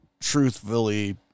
truthfully